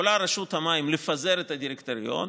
יכולה רשות המים לפזר את הדירקטוריון,